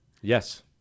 Yes